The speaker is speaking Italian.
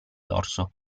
dorso